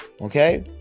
okay